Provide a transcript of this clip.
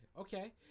Okay